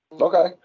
Okay